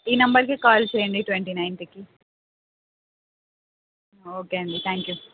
ఈ నంబర్కి కాల్ చేయండి ట్వెంటీ నైన్త్కి ఓకే అండి థ్యాంక్ యూ